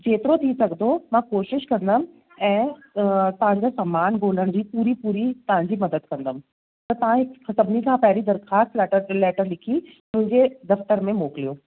जेतिरो थी सघंदो मां कोशिशि कंदमु ऐं तव्हांजा सामानु ॻोल्हण जी पूरी पूरी तव्हांजी मदद कंदमि त ता सभिनी खां पहिरीं दरख़्वास्त लैटर लिखी मुंहिंजे दफ़्तर में मोकिलियो